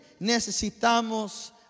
necesitamos